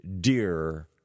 dear